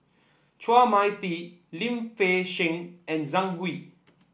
Chua Mia Tee Lim Fei Shen and Zhang Hui